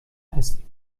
هستیم